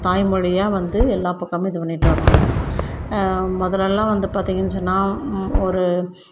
தாய்மொழியாக வந்து எல்லா பக்கமும் இது பண்ணிகிட்டு வராங்க முதலல்லாம் வந்து பார்த்தீங்கன்னு சொன்னால் ஒரு